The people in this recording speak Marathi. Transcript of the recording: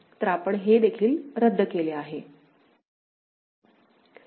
तर आपण हे देखील रद्द केले आहे